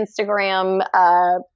Instagram